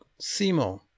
Simo